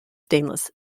stainless